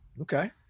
okay